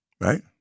right